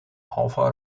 alfa